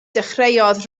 dechreuodd